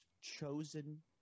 chosen